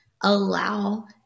allow